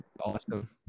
Awesome